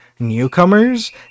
newcomers